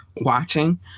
watching